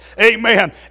Amen